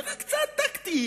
זה רק צעד טקטי,